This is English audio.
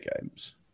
games